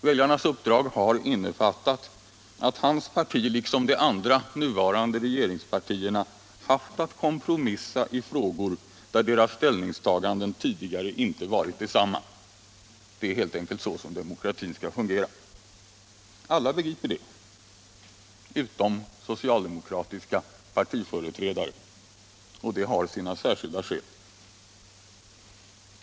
Väljarnas uppdrag har innefattat att hans parti, liksom de andra nuvarande regeringspartierna, haft att kompromissa i olika frågor, där deras ställningstaganden tidigare inte varit desamma. Det är så demokratin skall fungera. Alla begriper det utom socialdemokratiska partiföreträdare — och de har sina särskilda skäl.